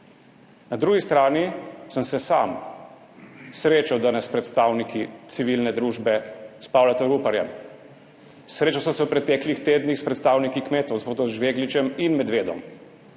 Na drugi strani sem se sam srečal danes s predstavniki civilne družbe,s Pavletom Ruparjem, srečal sem se v preteklih tednih s predstavniki kmetov, gospodom Žvegličem in Medvedom.